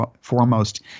foremost